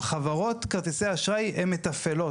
חברות כרטיסי האשראי הן מתפעלות.